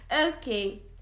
Okay